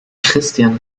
christian